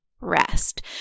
rest